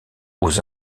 aux